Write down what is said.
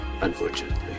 unfortunately